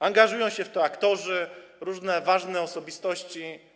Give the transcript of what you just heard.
Angażują się w to aktorzy, różne ważne osobistości.